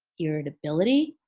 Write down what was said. irritability.